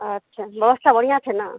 अच्छा व्यवस्था बढ़िऑं छै ने